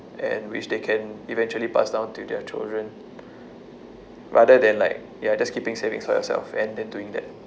and which they can eventually pass down to their children rather than like ya just keeping savings for yourself and then doing that